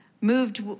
Moved